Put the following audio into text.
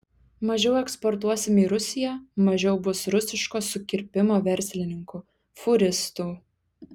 mažiau eksportuosim į rusiją mažiau bus rusiško sukirpimo verslininkų fūristų